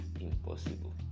impossible